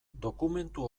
dokumentu